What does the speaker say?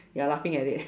you're laughing at it